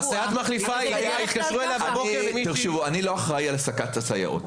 אני לא אחראי על העסקת הסייעות.